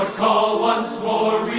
call once more